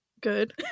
good